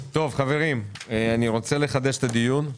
חברים, אני רוצה לחדש את הדיון.